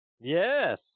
Yes